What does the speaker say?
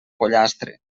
pollastre